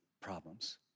problems